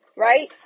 right